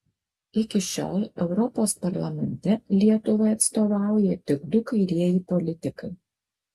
iki šiol europos parlamente lietuvai atstovauja tik du kairieji politikai